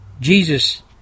Jesus